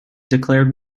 declared